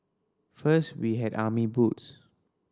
first we had army boots